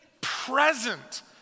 present